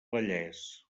vallès